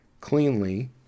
cleanly